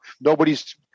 Nobody's